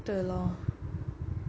对 lor